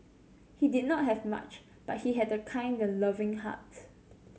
he did not have much but he had a kind and loving heart